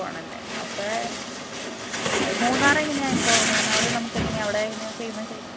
പോകണമെല്ലെ അപ്പോൾ മൂന്നാർ എങ്ങനെയാണ് ഇപ്പോൾ മുന്നാറ് നമുക്ക് എങ്ങനെയാണ് അവിടെ എങ്ങനയാണ് ഫേമസായിട്ട്